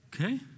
Okay